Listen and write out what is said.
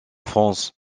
france